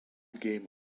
game